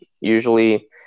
Usually